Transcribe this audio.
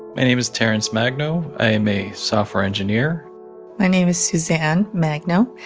my name is terence magno. i am a software engineer my name is suzanne magno.